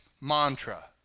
mantra